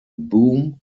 boom